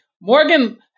morgan